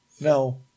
no